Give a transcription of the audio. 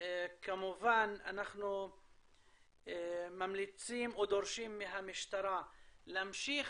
אנחנו ממליצים או דורשים מהמשטרה להמשיך